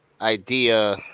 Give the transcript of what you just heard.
idea